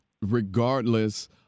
Regardless